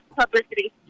publicity